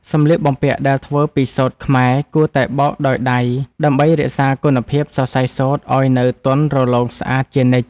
សម្លៀកបំពាក់ដែលធ្វើពីសូត្រខ្មែរគួរតែបោកដោយដៃដើម្បីរក្សាគុណភាពសរសៃសូត្រឱ្យនៅទន់រលោងស្អាតជានិច្ច។